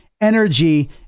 energy